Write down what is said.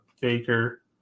Baker